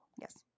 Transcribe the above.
Yes